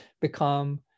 become